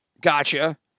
Gotcha